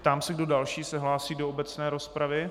Ptám se, kdo další se hlásí do obecné rozpravy.